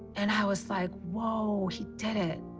and i was like, whoa, he did it.